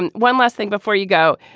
and one last thing before you go.